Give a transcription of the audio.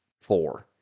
four